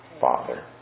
Father